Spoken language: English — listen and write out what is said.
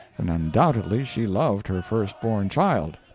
then undoubtedly she loved her firstborn child.